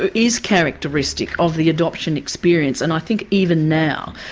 ah is characteristic of the adoption experience and i think even now,